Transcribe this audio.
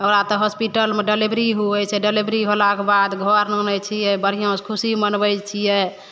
हमरा तऽ होस्पिटलमे डलेबरी होइ छै डलेबरी होलाके बाद घर आनै छियै बढ़िऑंसॅं खुशी मनबै छियै